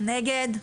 מי נגד?